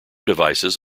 devices